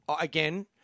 again